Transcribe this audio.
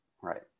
Right